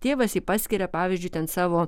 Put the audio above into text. tėvas jį paskiria pavyzdžiui ten savo